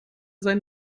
sein